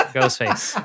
Ghostface